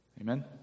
Amen